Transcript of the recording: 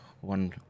one